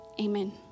amen